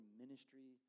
ministry